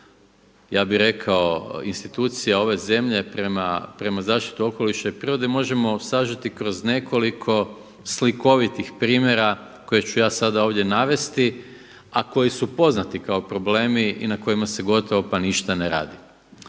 ja bih rekao institucija ove zemlje prema zaštiti okoliša i prirode možemo sažeti kroz nekoliko slikovitih primjera koje ću ja sada ovdje navesti, a koji su poznati kao problemi i na kojima se gotovo pa ništa ne radi.